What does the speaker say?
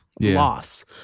loss